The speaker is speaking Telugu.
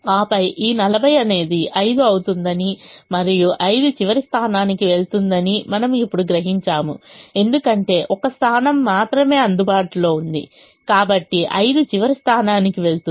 ఆపై ఈ 40 అనేది 5 అవుతుందని మరియు 5 చివరి స్థానానికి వెళ్తుందని మనము ఇప్పుడు గ్రహించాము ఎందుకంటే ఒక స్థానం మాత్రమే అందుబాటులో ఉంది కాబట్టి 5 చివరి స్థానానికి వెళుతుంది